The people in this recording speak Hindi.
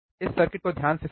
इस सर्किट को ध्यान से समझें